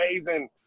amazing